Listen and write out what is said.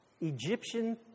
Egyptian